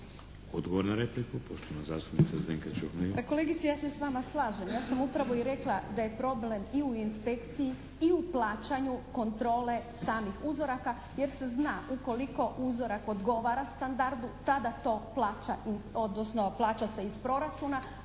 Odgovor na repliku, poštovana zastupnica Zdenka Čuhnil.